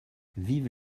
vive